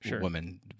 woman